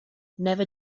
never